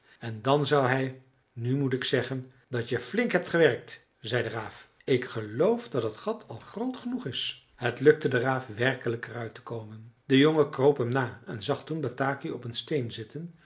en dan zou hij nu moet ik zeggen dat je flink hebt gewerkt zei de raaf ik geloof dat het gat al groot genoeg is het lukte de raaf werkelijk er uit te komen de jongen kroop hem na en zag toen bataki op een steen zitten